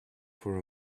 for